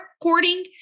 recording